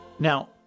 Now